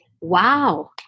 wow